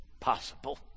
Possible